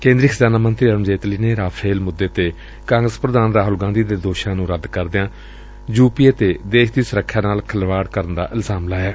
ਕੇਂਦਰੀ ਖਜ਼ਾਨਾ ਮੰਤਰੀ ਅਰੁਣ ਜੇਤਲੀ ਨੇ ਰਾਫੇਲ ਮੁੱਦੇ ਤੇ ਕਾਂਗਰਸ ਪ੍ਰਧਾਨ ਰਾਹੁਲ ਗਾਂਧੀ ਦੇ ਦੋਸ਼ਾਂ ਨੂੰ ਰੱਦ ਕਰਦਿਆਂ ਯੂ ਪੀ ਏ ਤੇ ਦੇਸ਼ ਦੀ ਸੁਰੱਖਿਆ ਨਾਲ ਖਿਲਵਾੜ ਕਰਨ ਦਾ ਇਲਜ਼ਾਮ ਲਾਇਆ